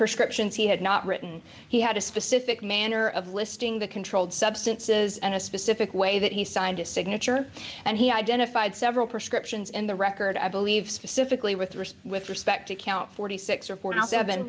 prescriptions he had not written he had a specific manner of listing the controlled substances and a specific way that he signed his signature and he identified several prescriptions in the record i believe specifically with risp with respect to count forty six or